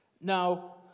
Now